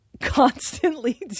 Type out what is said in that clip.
constantly